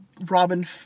Robin